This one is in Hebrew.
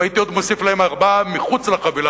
והייתי עוד מוסיף להם ארבעה מחוץ לחבילה,